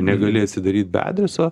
negali atsidaryt be adreso